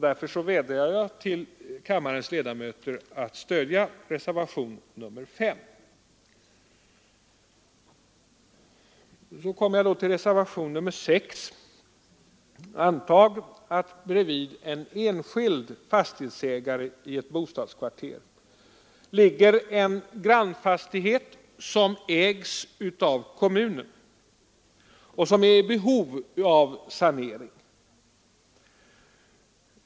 Därför vädjar jag till kammarens ledamöter att stödja reservationen 5. Jag kommer så till reservationen 6. Antag att det bredvid en fastighet i enskild ägo i ett bostadskvarter ligger en fastighet som ägs av kommunen och som är i behov av sanering.